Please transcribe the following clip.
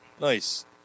nice